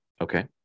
Okay